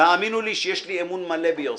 והאמינו לי שיש לי אמון מלא ביוסי.